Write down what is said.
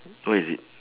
what is it